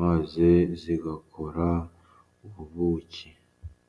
maze zigakora ubuki.